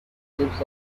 chips